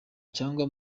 cyangwa